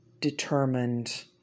determined